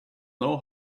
know